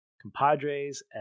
compadres